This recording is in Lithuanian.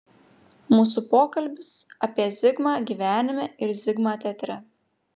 mūsų pokalbis apie zigmą gyvenime ir zigmą teatre